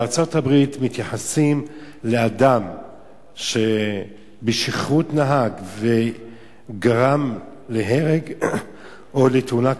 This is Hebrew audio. בארצות-הברית מתייחסים לאדם שנהג בשכרות וגרם להרג או לתאונה קטלנית,